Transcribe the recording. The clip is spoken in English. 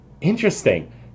Interesting